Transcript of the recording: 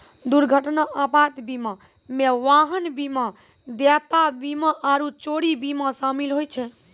दुर्घटना आपात बीमा मे वाहन बीमा, देयता बीमा आरु चोरी बीमा शामिल होय छै